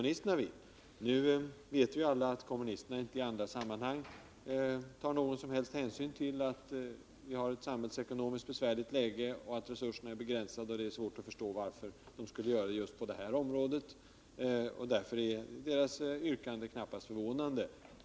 Nu vet vi alla att kommunisterna inte i andra sammanhang tar någon som helst hänsyn till att vi har ett samhällsekonomiskt besvärligt läge, att resurserna är begränsade, och det är svårt att förstå varför de skulle göra det just på det här området. Därför är deras yrkande knappast förvånande.